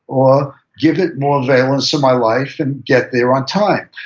or give it more valance in my life and get there on time,